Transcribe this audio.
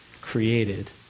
created